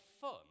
fun